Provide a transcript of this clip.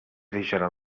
deixarà